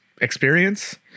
experience